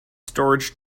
storage